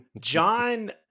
John